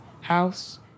house